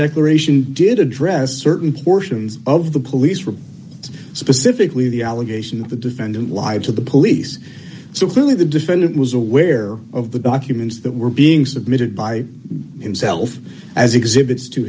declaration did address certain portions of the police report specifically the allegation that the defendant lied to the police so clearly the defendant was aware of the documents that were being submitted by himself as exhibits to